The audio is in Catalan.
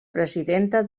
presidenta